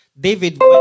David